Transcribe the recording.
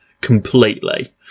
completely